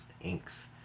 inks